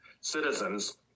citizens